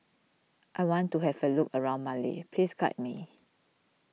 I want to have a look around Male please guide me